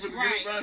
right